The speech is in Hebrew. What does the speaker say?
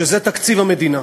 שזה תקציב המדינה.